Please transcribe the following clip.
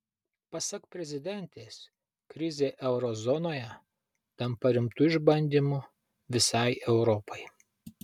pasak prezidentės krizė euro zonoje tampa rimtu išbandymu visai europai